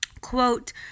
quote